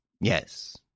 yes